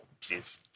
Please